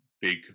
big